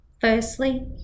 firstly